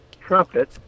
trumpet